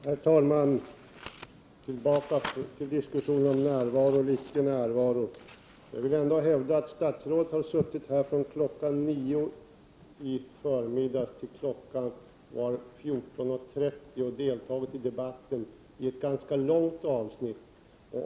Herr talman! Tillbaka till diskussionen om närvaro och icke-närvaro. Statsrådet har suttit här från kl. 9.00 tills klockan var 14.30 och deltagit i debatten. Det är ett ganska långt debattavsnitt.